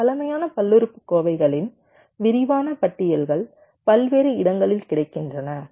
இந்த பழமையான பல்லுறுப்புக்கோவைகளின் விரிவான பட்டியல்கள் பல்வேறு இடங்களில் கிடைக்கின்றன